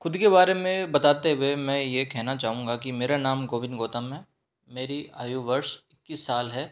खुद के बारे में बताते हुए मैं ये कहना चाहूंगा कि मेरा नाम गोविंद गौतम है मेरी आयु वर्ष इक्कीस साल है